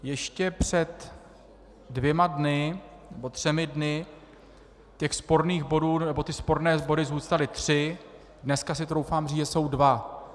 Ještě před dvěma dny, nebo třemi dny, těch sporných bodů, nebo ty sporné body zůstaly tři, dneska si troufám říct, že jsou dva.